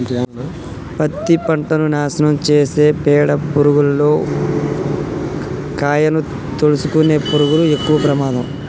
పత్తి పంటను నాశనం చేసే పీడ పురుగుల్లో కాయను తోలుసుకునే పురుగులు ఎక్కవ ప్రమాదం